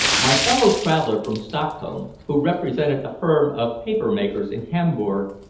my fellow-traveler from stockholm, who represented a firm of paper-makers in hamburg,